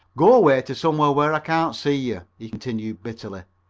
go away to somewhere where i can't see you, he continued bitterly,